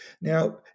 Now